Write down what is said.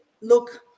look